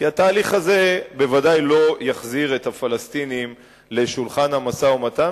כי התהליך הזה בוודאי לא יחזיר את הפלסטינים לשולחן המשא-ומתן,